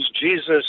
Jesus